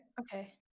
Okay